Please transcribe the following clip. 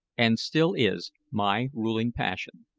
and still is, my ruling passion,